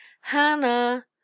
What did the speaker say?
Hannah